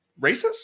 racist